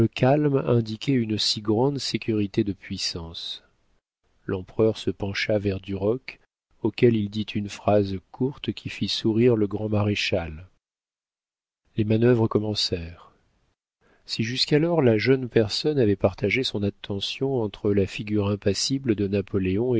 indiquait une si grande sécurité de puissance l'empereur se pencha vers duroc auquel il dit une phrase courte qui fit sourire le grand-maréchal les manœuvres commencèrent si jusqu'alors la jeune personne avait partagé son attention entre la figure impassible de napoléon